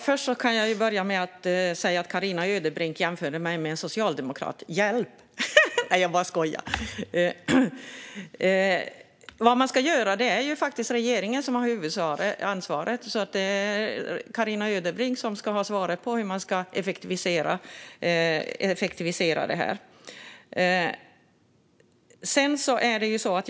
Fru talman! Jag kan börja med att säga att Carina Ödebrink jämförde mig med en socialdemokrat - hjälp! Nej, jag bara skojar. När det gäller vad man ska göra är det faktiskt regeringen som har huvudansvaret, så det är Carina Ödebrink som ska ha svaret på hur man ska effektivisera detta.